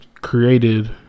created